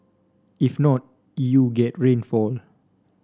if not you get rainfall